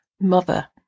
mother